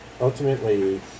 ultimately